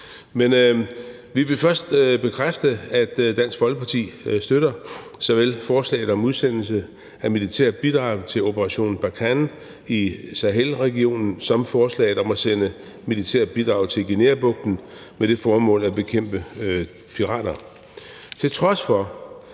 Men vi vil først bekræfte, at Dansk Folkeparti støtter såvel forslaget om udsendelse af militært bidrag til »Operation Barkhane« i Sahelregionen som forslaget om at sende et militært bidrag til Guineabugten med det formål at bekæmpe pirater. Til trods for